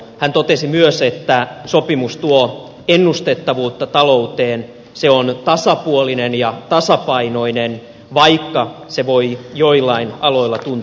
hän totesi myös että sopimus tuo ennustettavuutta talouteen se on tasapuolinen ja tasapainoinen vaikka se voi joillain aloilla tuntua kalliilta